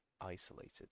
isolated